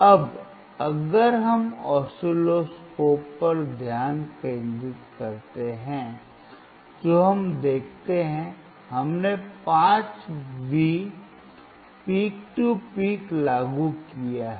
अब अगर हम ऑसिलोस्कोप पर ध्यान केंद्रित करते हैं जो हम देखते हैं हमने 5 वी पीक टू पीक लागू किया है